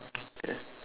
ya